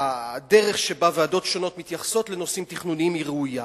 והדרך שבה ועדות שונות מתייחסות לנושאים תכנוניים הן ראויות,